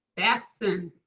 paxton.